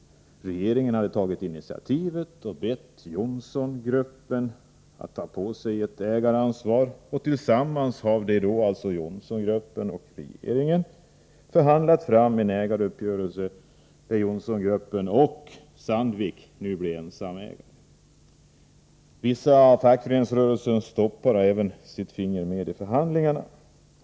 Regeringen hade tagit initiativet och bett JohnsonGruppen att ta på sig ett ägaransvar, och tillsammans hade JohnsonGruppen och regeringen förhandlat fram en ägaruppgörelse, där JohnsonGruppen och Sandvik nu blir ensamägare. Vissa av fackföreningsrörelsens toppar har även sitt finger med i förhandlingarna.